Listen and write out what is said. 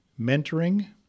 mentoring